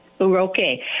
Okay